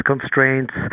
constraints